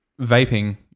vaping